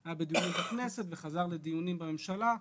היה בדיונים בכנסת וחזר לדיונים בממשלה,